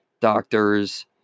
doctors